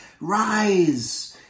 rise